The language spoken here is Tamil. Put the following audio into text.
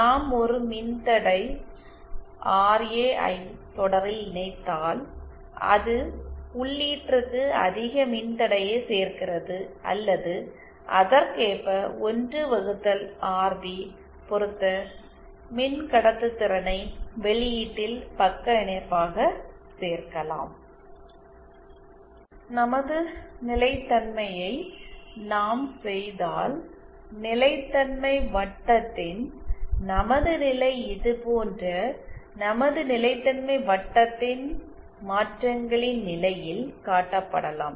நாம் ஒரு மின்தடை ஆர்ஏ ஐ தொடரில் இணைத்தால் அது உள்ளீட்டிற்கு அதிக மின்தடையை சேர்க்கிறது அல்லது அதற்கேற்ப 1 வகுத்தல் ஆர்பி பொறுத்த மின்கடத்துதிறனை வெளியீட்டில் பக்க இணைப்பாக சேர்க்கலாம் நமது நிலைத்தன்மையை நாம் செய்தால் நிலைத்தன்மை வட்டத்தின் நமது நிலை இது போன்ற நமது நிலைத்தன்மை வட்டத்தின் மாற்றங்களின் நிலையில் காட்டப்படலாம்